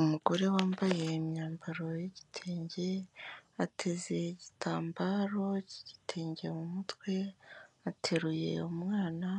Umugore wambaye imyambaro y'igitenge, ateze igitambaro cy'igitenge mu mutwe, ateruye umwana,